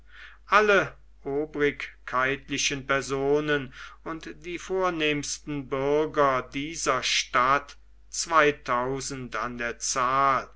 alle obrigkeitlichen personen und die vornehmsten bürger dieser stadt zweitausend an der zahl